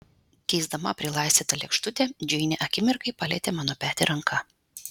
keisdama prilaistytą lėkštutę džeinė akimirkai palietė mano petį ranka